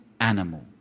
animal